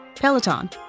Peloton